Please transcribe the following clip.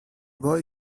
boy